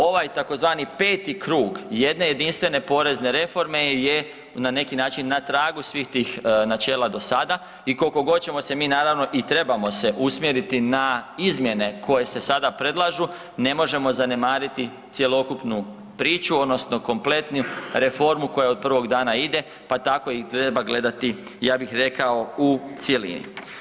Ovaj tzv. peti krug jedne jedinstvene porezne reforme je na neki način na tragu svih tih načela do sada i koliko god ćemo se mi naravno i trebamo se usmjeriti na izmjene koje se sada predlažu ne možemo zanemariti cjelokupnu priču odnosno kompletnu reformu koja od prvog dana ide, pa tako i treba gledati ja bih rekao u cjelini.